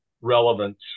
relevance